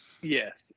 Yes